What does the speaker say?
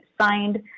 signed